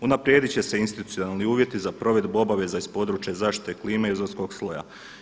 Unaprijedit će se institucionalni uvjeti za provedbu obaveza iz područja zaštite klime i ozonskog sloja.